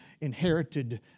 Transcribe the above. inherited